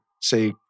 say